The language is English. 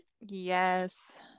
yes